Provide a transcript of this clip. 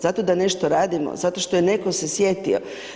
Zato da nešto radimo, zato što netko se sjetio?